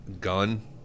gun